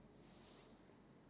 to the ants world